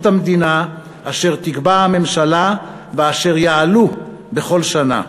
המדינה אשר תקבע הממשלה ואשר יעלו בכל שנה.